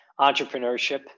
entrepreneurship